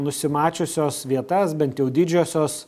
nusimačiusios vietas bent jau didžiosios